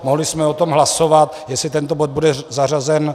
Mohli jsme o tom hlasovat, jestli tento bod bude zařazen.